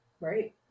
Right